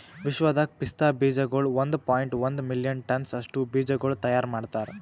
ವಿಶ್ವದಾಗ್ ಪಿಸ್ತಾ ಬೀಜಗೊಳ್ ಒಂದ್ ಪಾಯಿಂಟ್ ಒಂದ್ ಮಿಲಿಯನ್ ಟನ್ಸ್ ಅಷ್ಟು ಬೀಜಗೊಳ್ ತೈಯಾರ್ ಮಾಡ್ತಾರ್